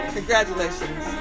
Congratulations